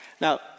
Now